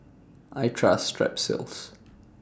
I Trust Strepsils